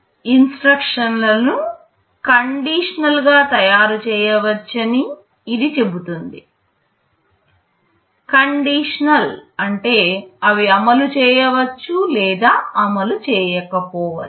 ఇన్స్ట్రక్షన్లలను conditional గా తయారు చేయవచ్చని ఇది చెబుతుంది కండిషనల్ అంటే అవి అమలు చేయవచ్చు లేదా అమలు చేయకపోవచ్చు